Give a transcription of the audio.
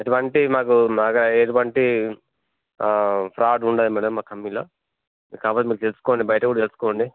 ఎటువంటి మాకు మాకా ఎటువంటి ఫ్రాడ్ ఉండదు మేడం మా కంపెనీలో కాకపోతే మీరు తెలుసుకోండి బయట కూడా తెలుసుకోండి